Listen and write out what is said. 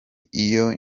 iyo